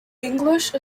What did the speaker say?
english